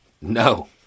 No